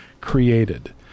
created